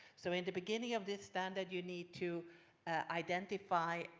so in the beginning of this standard you need to identify